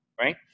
right